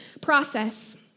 Process